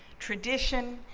tradition,